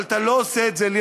אבל אתה לא עושה את זה לי,